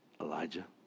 Elijah